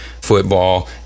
football